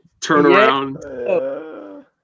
turnaround